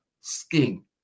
skin